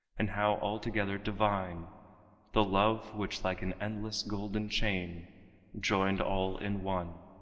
and how altogether divine the love which like an endless golden chain joined all in one.